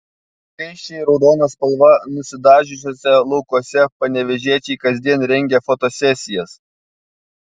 skaisčiai raudona spalva nusidažiusiuose laukuose panevėžiečiai kasdien rengia fotosesijas